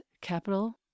capital